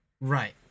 Right